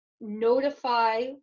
notify